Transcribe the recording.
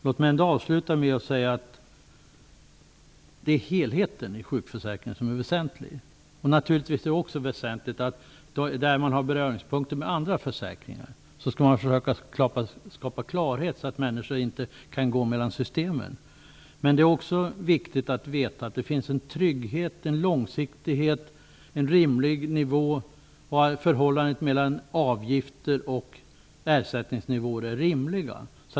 Låt mig ändå avsluta med att säga att det är helheten i sjukförsäkringen som är väsentlig. Naturligtvis är det också väsentligt att man skall försöka skapa klarhet där det finns beröringspunkter med andra försäkringar, så att människor inte kan gå mellan systemen. Det är också viktigt att veta att det finns en trygghet och en långsiktighet i systemet och i förhållandet mellan avgifter och ersättningsnivå på en rimlig nivå.